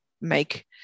make